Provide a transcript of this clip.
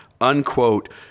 unquote